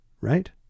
right